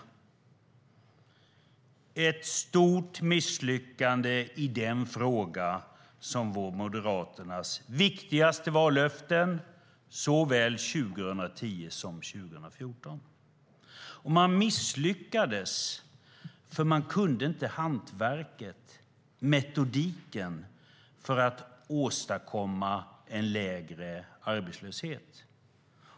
Det var ett stort misslyckande i den fråga där Moderaterna hade sina viktigaste vallöften såväl 2010 som 2014. Man misslyckades för att man inte kunde hantverket och metodiken för att åstadkomma en lägre arbetslöshet.